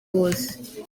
bose